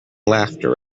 laughter